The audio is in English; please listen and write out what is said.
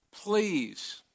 Please